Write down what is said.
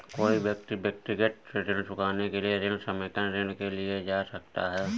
कोई व्यक्ति व्यक्तिगत ऋण चुकाने के लिए ऋण समेकन ऋण के लिए जा सकता है